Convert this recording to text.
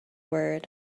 word